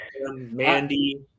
Mandy